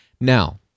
Now